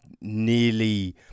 nearly